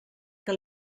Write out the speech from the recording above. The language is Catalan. que